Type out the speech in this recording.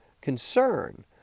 concern